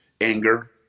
anger